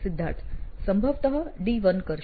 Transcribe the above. સિદ્ધાર્થ સંભવતઃ D1 કરશે